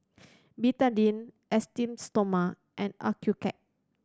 Betadine Esteem Stoma and Accucheck